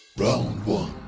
round one,